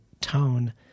tone